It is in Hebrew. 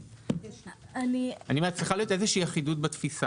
שיקולים שצריכים להישקל כולם יחולו על תיקון התוספת.